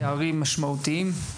פערים משמעותיים.